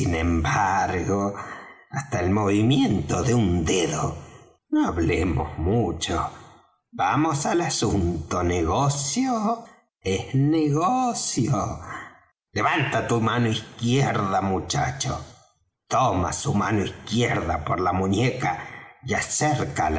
embargo hasta el movimiento de un dedo no hablemos mucho vamos al asunto negocio es negocio levanta tu mano izquierda muchacho toma su mano izquierda por la muñeca y